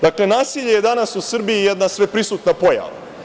Dakle, nasilje je danas u Srbiji jedna sveprisutna pojava.